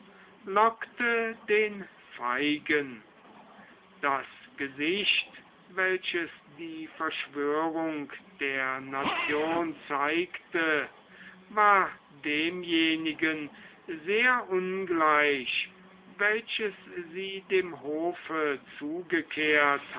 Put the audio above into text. lockte den feigen das gesicht welches die verschwörung der nation zeigte war demjenigen sehr ungleich welches sie dem hofe